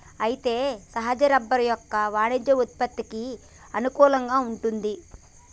అయితే సహజ రబ్బరు యొక్క వాణిజ్య ఉత్పత్తికి అనుకూలంగా వుంటుంది